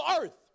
earth